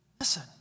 Listen